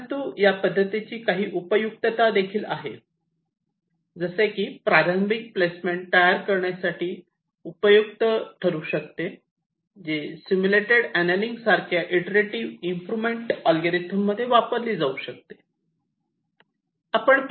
परंतु या पद्धतीची काही उपयुक्तता आहे जसे की प्रारंभिक प्लेसमेंट तयार करण्यासाठी उपयुक्त ठरू शकते जी सिम्युलेटेड अनेलिंग सारख्या इटरेटीव इम्प्रोवमेंट अल्गोरिदममध्ये वापरली जाऊ शकते